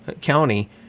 County